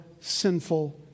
sinful